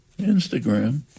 Instagram